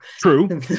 True